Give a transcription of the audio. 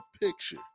picture